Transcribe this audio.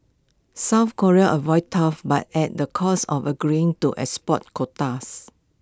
south Korea avoided tariffs but at the cost of agreeing to export quotas